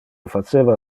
faceva